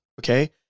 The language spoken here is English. Okay